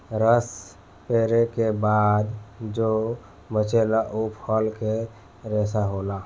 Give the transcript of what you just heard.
रस पेरे के बाद जो बचेला उ फल के रेशा होला